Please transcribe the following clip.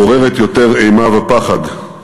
מעוררת יותר אימה ופחד,